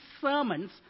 sermons